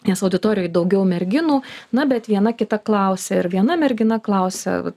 nes auditorijoj daugiau merginų na bet viena kita klausė ir viena mergina klausia vat